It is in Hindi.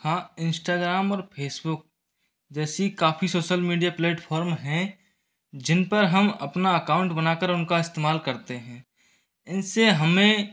हाँ इंश्टाग्राम और फेसबुक जैसी काफ़ी सोसल मीडिया प्लेटफॉरम हैं जिन पर हम अपना अकाउंट बनाकर उनका इस्तेमाल करते हैं इनसे हमें